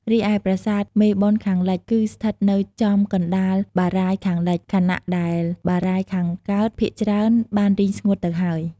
រីឯប្រាសាទមេបុណ្យខាងលិច គឺស្ថិតនៅចំកណ្ដាលបារាយណ៍ខាងលិច ខណៈដែលបារាយណ៍ខាងកើតភាគច្រើនបានរីងស្ងួតទៅហើយ។